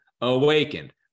awakened